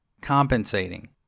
Compensating